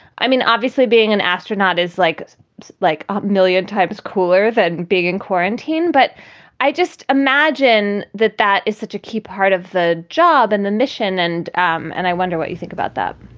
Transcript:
i mean, obviously, being an astronaut is like like a million times cooler than being in quarantine. but i just imagine that that is such a key part of the job and the mission. and um and i wonder what you think about that